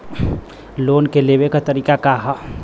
Loan के लेवे क तरीका का ह?